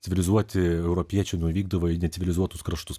civilizuoti europiečiai nuvykdavo į necivilizuotus kraštus